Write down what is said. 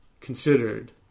considered